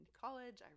college